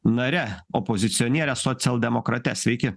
nare opozicioniere socialdemokrate sveiki